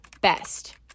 Best